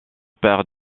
père